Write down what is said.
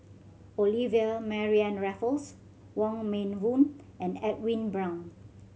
Olivia Mariamne Raffles Wong Meng Voon and Edwin Brown